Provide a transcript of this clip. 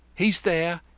he's there,